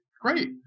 great